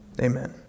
Amen